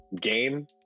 game